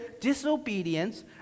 disobedience